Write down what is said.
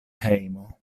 hejmo